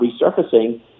resurfacing